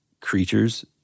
creatures